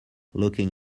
looking